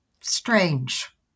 strange